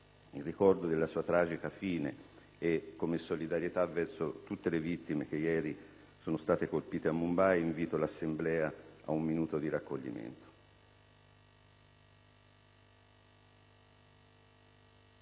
in ricordo della sua tragica fine e in segno di solidarietà verso tutte le vittime che ieri sono state colpite a Mumbai, invito l'Assemblea ad osservare un minuto di raccoglimento.